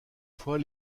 fois